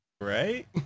right